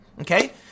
Okay